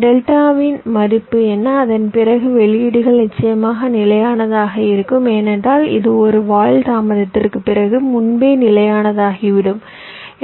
எனவே டெல்டாவின் மதிப்பு என்ன அதன் பிறகு வெளியீடுகள் நிச்சயமாக நிலையானதாக இருக்கும் ஏனென்றால் இது ஒரு வாயில் தாமதத்திற்குப் பிறகு முன்பே நிலையானதாகிவிடும்